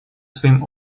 своим